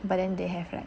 but then they have like